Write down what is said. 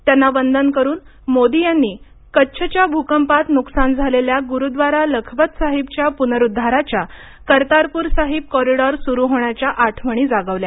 त्यांना वंदन करून मोदी यांनी कच्छच्या भूकंपात नुकसान झालेल्या गुरूद्वारा लखपत साहिबच्या पुनरुद्वाराच्या कर्तारपूर साहिब कॉरिडॉर सुरू होण्याच्या आठवणी जागवल्या